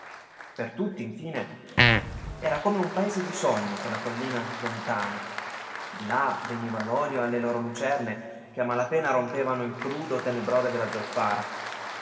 per tutti infine era come un paese di sogno quella collina lontana di là veniva l'olio alle loro lucerne che a mala pena rompevano il crudo tenebrore della zolfara di